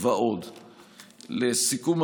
לסיכום,